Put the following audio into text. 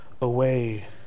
away